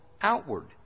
outward